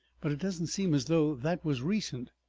but it doesn't seem as though that was recent.